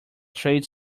trade